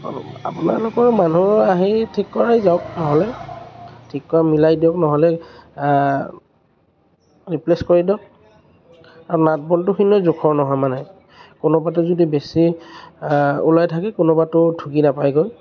আপোনালোকৰ মানুহ আহি ঠিক কৰাই যাওঁক নহ'লে ঠিককৈ মিলাই দিয়ক নহ'লে ৰিপ্লেচ কৰি দিয়ক আৰু নাট বল্টখিনিও জোখৰ নহয় মানে কোনোবাটো যদি বেছি ওলাই থাকে কোনোবাটো ঢুকি নাপাইগৈ